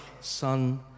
Son